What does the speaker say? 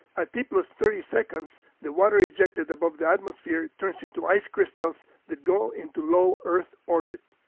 ah t-plus thirty seconds, the water ejected above the atmosphere turns into ice crystals that go into low earth orbit.